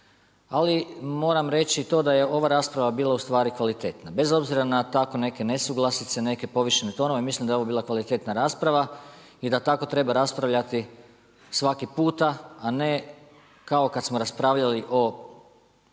Ali, moram reći to da je ova rasprava ustvari kvalitetna. Bez obzira na tako neke nesuglasice, neke povišene tonove. Mislim da je ovo bila kvalitetna rasprava i da tako treba raspravljati, svaki puta, a ne kao kad smo razgovarali o